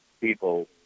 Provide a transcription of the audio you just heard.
people